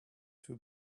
too